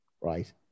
right